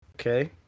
Okay